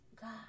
God